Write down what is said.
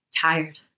tired